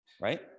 right